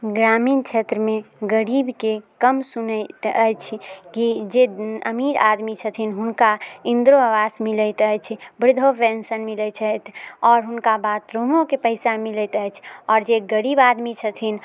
ग्रामीण क्षेत्रमे गरीबके कम सुनैत अछि की जे अमीर आदमी छथिन हुनका इन्दिरो आवास मिलैत अछि वृद्धो पेंशन मिलै छथि आओर हुनका बाथरूमोके पैसा मिलैत अछि आओर जे गरीब आदमी छथिन